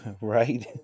Right